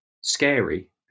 scary